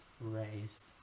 raised